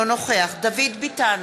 אינו נוכח דוד ביטן,